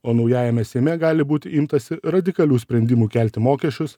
o naujajame seime gali būti imtasi radikalių sprendimų kelti mokesčius